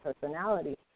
personality